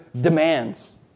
demands